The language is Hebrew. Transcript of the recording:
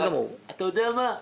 אתה יודע מה,